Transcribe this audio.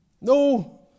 No